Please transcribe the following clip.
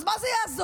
אז מה זה יעזור?